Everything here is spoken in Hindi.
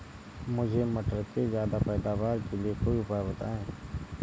मुझे मटर के ज्यादा पैदावार के लिए कोई उपाय बताए?